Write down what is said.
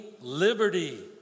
liberty